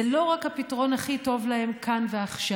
זה לא רק הפתרון הכי טוב להם כאן ועכשיו,